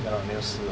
ya lah 没有事 lah